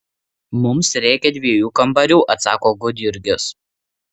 mums reikia dviejų kambarių atsako gudjurgis